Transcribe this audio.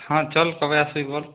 হ্যাঁ চল কবে আসবি বল